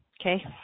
okay